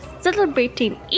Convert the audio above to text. celebrating